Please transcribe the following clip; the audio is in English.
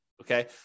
okay